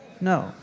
No